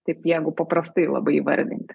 taip jeigu paprastai labai įvardinti